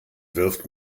wirft